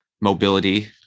mobility